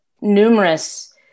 numerous